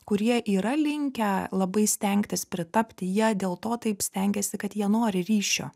kurie yra linkę labai stengtis pritapti jie dėl to taip stengiasi kad jie nori ryšio